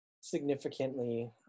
significantly